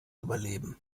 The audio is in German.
überleben